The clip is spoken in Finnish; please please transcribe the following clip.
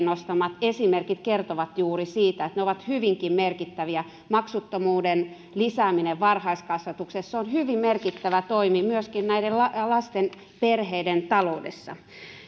nostamat esimerkit kertovat juuri siitä että ne ovat hyvinkin merkittäviä maksuttomuuden lisääminen varhaiskasvatuksessa on hyvin merkittävä toimi myöskin näiden lasten perheiden taloudessa